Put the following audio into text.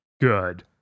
good